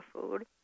food